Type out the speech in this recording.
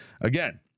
again